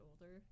older